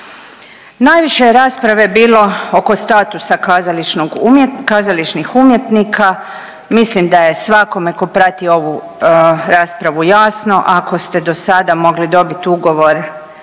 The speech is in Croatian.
Najviše je rasprave bilo oko statusa kazališnog umje…, kazališnih umjetnika. Mislim da je svakome ko prati ovu raspravu jasno ako ste dosada mogli dobit ugovor